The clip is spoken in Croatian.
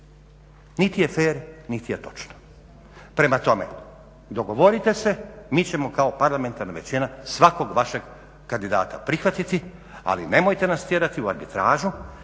Niti je fer, niti je točno. Prema tome, dogovorite se, mi ćemo kao parlamentarna većina svakog vašeg kandidata prihvatiti ali nemojte nas tjerati u arbitražu